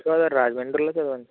east Godavari రాజమండ్రిలో చదివాను